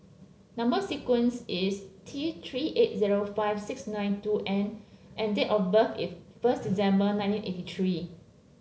number sequence is T Three eight zero five six nine two N and date of birth is first December nineteen eighty three